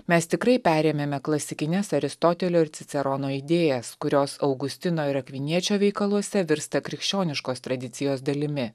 mes tikrai perėmėme klasikines aristotelio ir cicerono idėjas kurios augustino ir akviniečio veikaluose virsta krikščioniškos tradicijos dalimi